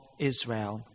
Israel